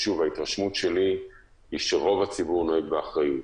שוב, ההתרשמות שלי היא שרוב הציבור נוהג באחריות.